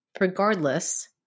Regardless